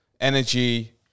Energy